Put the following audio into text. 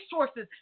resources